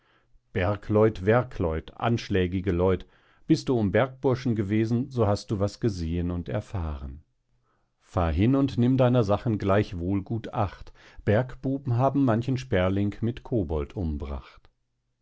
bergleut werkleut anschlägige leut bist du um bergburschen gewesen so hast du was gesehen und erfahren fahr hin und nimm deiner sachen gleichwohl gut acht bergbuben haben manchen sperling mit kobold umbracht